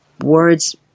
words